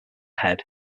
head